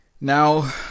Now